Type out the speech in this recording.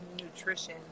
nutrition